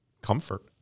comfort